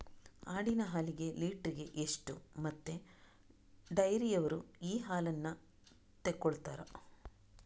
ಆಡಿನ ಹಾಲಿಗೆ ಲೀಟ್ರಿಗೆ ಎಷ್ಟು ಮತ್ತೆ ಡೈರಿಯವ್ರರು ಈ ಹಾಲನ್ನ ತೆಕೊಳ್ತಾರೆ?